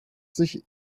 sich